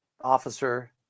officer